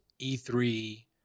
E3